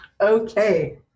Okay